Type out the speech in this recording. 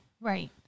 Right